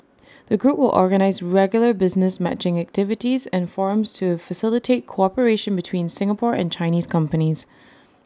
the group will organise regular business matching activities and forums to facilitate cooperation between Singapore and Chinese companies